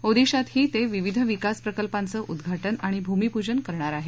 ओदिशातही ते विविध विकास प्रकल्पाचं उद्घा उ आणि भूमिपूजन करणार आहेत